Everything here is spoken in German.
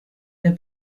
der